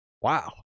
Wow